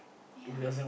ya